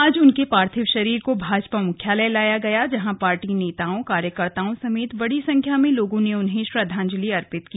आज उनके पार्थिव शरीर को भाजपा मुख्यालय लाया गया जहां पार्टी नेताओं कार्यकर्ताओं समेत बड़ी संख्या में लोगों ने उन्हें श्रद्वांजलि अर्पित की